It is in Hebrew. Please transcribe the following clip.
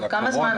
תוך כמה זמן